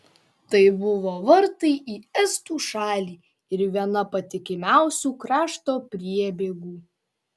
tai buvo vartai į estų šalį ir viena patikimiausių krašto priebėgų